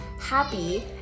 happy